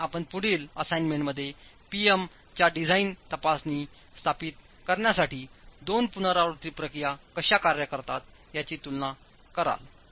आणि आपणपुढील असाइनमेंटमध्येP M च्या डिझाइनची तपासणी स्थापित करण्यासाठी 2 पुनरावृत्ती प्रक्रिया कशा कार्य करतात याची तुलनाकराल